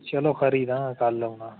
चलो खरी तां कल्ल औना